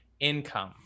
income